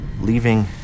Leaving